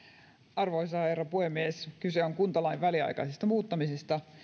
arvoisa herra puhemies kyse on kuntalain väliaikaisesta muuttamisesta